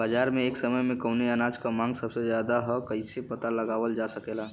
बाजार में एक समय कवने अनाज क मांग सबसे ज्यादा ह कइसे पता लगावल जा सकेला?